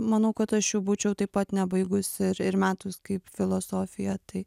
manau kad aš jų būčiau taip pat nebaigusi ir ir metus kaip filosofiją tai